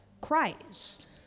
Christ